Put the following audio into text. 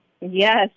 Yes